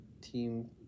team